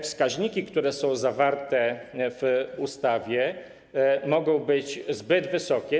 Wskaźniki, które są zawarte w ustawie, mogą być zbyt wysokie.